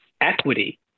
equity